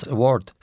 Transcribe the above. Award